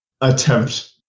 attempt